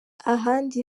ahandi